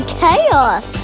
chaos